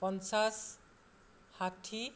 পঞ্চাছ ষাঠী